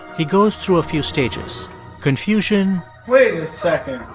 he goes through a few stages confusion. wait a second.